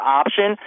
option